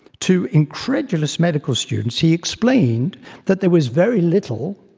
to incredulous medical students he explained that there was very little